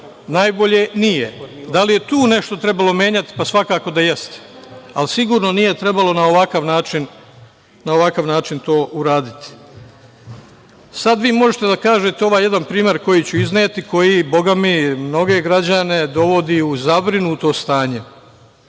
najbolje? Nije. Da li je tu nešto trebalo menjati? Pa, svakako da jeste. Ali, sigurno nije trebalo na ovakav način to uraditi. Sad vi možete da kažete, ovaj jedan primer koji ću izneti, koji Boga mi mnoge građane dovodi u zabrinuto stanje.